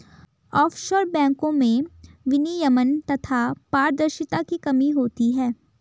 offshore बैंको में विनियमन तथा पारदर्शिता की कमी होती है